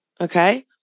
Okay